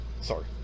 sorry